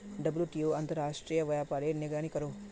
WTO अंतर्राश्त्रिये व्यापारेर निगरानी करोहो